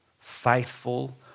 faithful